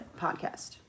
podcast